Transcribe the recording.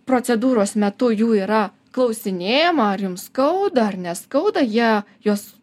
procedūros metu jų yra klausinėjama ar jums skauda ar neskauda jie juos